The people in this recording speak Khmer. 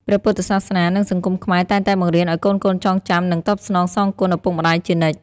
ព្រះពុទ្ធសាសនា និងសង្គមខ្មែរតែងតែបង្រៀនឲ្យកូនៗចងចាំ និងតបស្នងសងគុណឪពុកម្តាយជានិច្ច។